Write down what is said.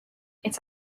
its